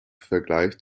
vergleich